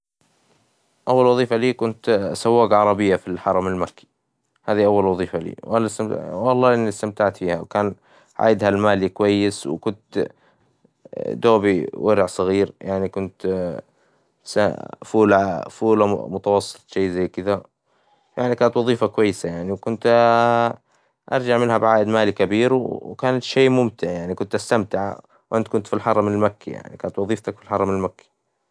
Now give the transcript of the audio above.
أول وظيفة لي كنت سواق عربية في الحرم المكي، هذي أول وظيفة لي، والله إني استمتعت فيها، وكان عايدها المالي كويس، وكنت دوبي ورع صغير يعني كنت فأولى فأولى متوسط شي زي كذا يعني كانت وظيفة كويسة يعني وكنت أرجع منها بعايد مالي كبير، وكانت شي ممتع يعني كنت استمتع، وإنت كنت في الحرم المكي، يعني كانت وظيفتك في الحرم المكي.